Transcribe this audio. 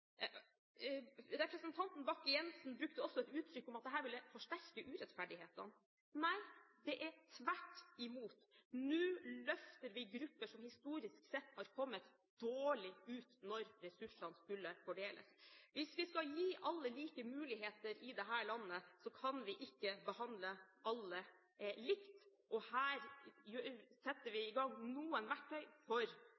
Representanten Bakke-Jensen uttrykte også at dette ville forsterke urettferdigheten. Nei, det er tvert imot – nå løfter vi grupper som historisk sett har kommet dårlig ut når ressursene skulle fordeles. Hvis vi skal gi alle like muligheter i dette landet, kan vi ikke behandle alle likt. Her setter